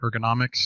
ergonomics